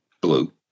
blue